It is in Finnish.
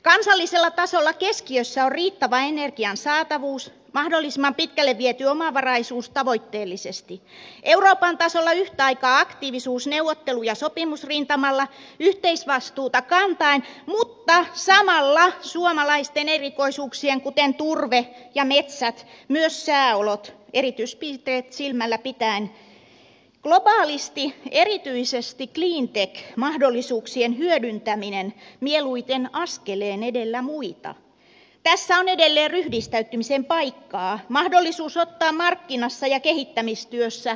kansallisella tasolla keskiössä on riittävä energian saatavuus ja mahdollisimman pitkälle viety omavaraisuus tavoitteellisesti euroopan tasolla yhtä aikaa aktiivisuus neuvottelu ja sopimusrintamalla yhteisvastuuta kantaen mutta samalla suomalaisten erikoisuuksien kuten turve ja metsät ja myös sääolot erityispiirteet silmällä pitäen globaalisti erityisesti cleantech mahdollisuuksien hyödyntäminen mieluiten askeleen edellä muita tässä on edelleen ryhdistäytymisen paikka mahdollisuus ottaa markkinassa ja kehittämistyössä paalupaikka